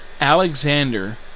Alexander